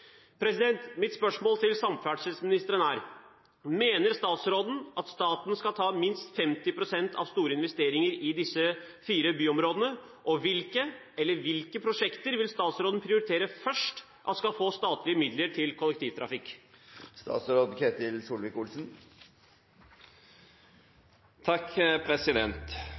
Mitt spørsmål til samferdselsministeren er: Mener statsråden at staten skal ta minst 50 pst. av store investeringer i disse fire byområdene, og hvilke prosjekter vil statsråden prioritere først å gi statlige midler til kollektivtrafikk?